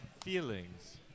feelings